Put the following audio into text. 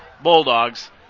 Bulldogs